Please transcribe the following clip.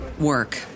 work